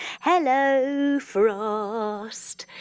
hello frost!